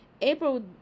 April